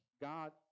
God